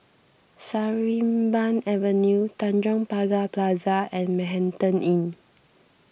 Sarimbun Avenue Tanjong Pagar Plaza and Manhattan Inn